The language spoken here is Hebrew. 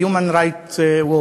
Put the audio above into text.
Human Right Watch,